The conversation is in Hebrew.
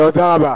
תודה רבה.